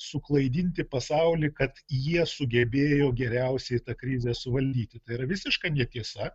suklaidinti pasaulį kad jie sugebėjo geriausiai tą krizę suvaldyti tai yra visiška netiesa